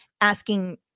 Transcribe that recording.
asking